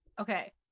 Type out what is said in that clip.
Okay